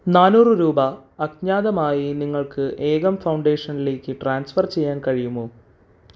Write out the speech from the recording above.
നാന്നൂറ് രൂപ അജ്ഞാതമായി നിങ്ങൾക്ക് ഏകം ഫൗണ്ടേഷൻലേക്ക് ട്രാൻസ്ഫർ ചെയ്യാൻ കഴിയുമോ